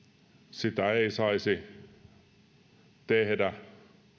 sitä ei saisi tehdä